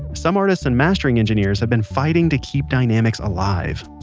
some artists and mastering engineers have been fighting to keep dynamics alive.